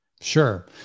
Sure